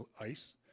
ice